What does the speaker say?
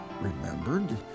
remembered